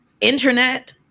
internet